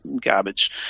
garbage